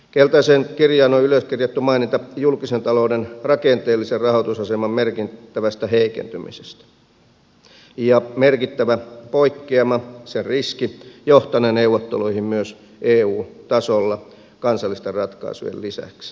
keltaiseen kirjaan on ylöskirjattu maininta julkisen talouden rakenteellisen rahoitusaseman merkittävästä heikentymisestä ja merkittävä poikkeama sen riski johtanee neuvotteluihin myös eun tasolla kansallisten ratkaisujen lisäksi